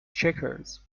checkers